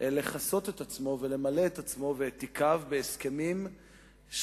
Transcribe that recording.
לכסות את עצמו ולמלא את עצמו ואת תיקיו בהסכמים חשאיים,